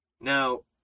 Now